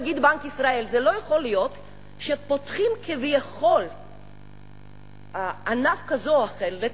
נגיד בנק ישראל: לא יכול להיות שפותחים כביכול ענף כזה או אחר לתחרות,